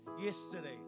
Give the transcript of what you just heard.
yesterday